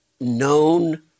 Known